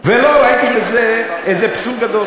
ולא ראיתי בזה איזה פסול גדול.